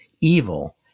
evil